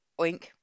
oink